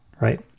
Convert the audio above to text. right